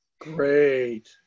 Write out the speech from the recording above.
Great